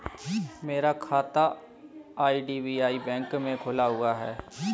मेरा खाता IDBI bank में खुला हुआ है